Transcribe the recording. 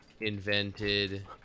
Invented